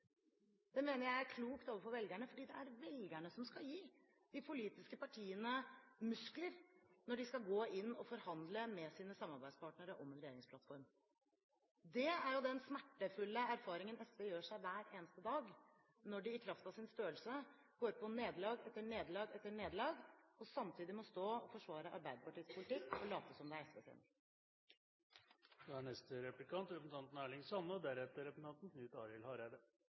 forskjellene, mener jeg er riktig. Det mener jeg er klokt overfor velgerne, fordi det er velgerne som skal gi de politiske partiene muskler når de skal gå inn og forhandle med sine samarbeidspartnere om en regjeringsplattform. Det er den smertefulle erfaringen SV gjør seg hver eneste dag når de i kraft av sin størrelse går på nederlag etter nederlag etter nederlag, og samtidig må stå og forsvare Arbeiderpartiets politikk og late som det er SVs. Eit av dei store skilja mellom Senterpartiet og Framstegspartiet er synet på kontrollovar og